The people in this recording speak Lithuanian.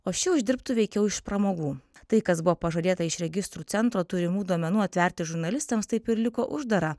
o ši uždirbtų veikiau iš pramogų tai kas buvo pažadėta iš registrų centro turimų duomenų atverti žurnalistams taip ir liko uždara